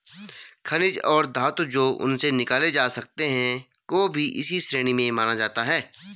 खनिज और धातु जो उनसे निकाले जा सकते हैं को भी इसी श्रेणी में माना जाता है